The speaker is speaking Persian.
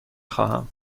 خواهم